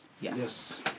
yes